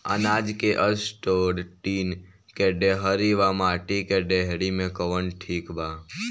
अनाज के store tin के डेहरी व माटी के डेहरी मे कवन ठीक बा?